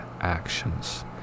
actions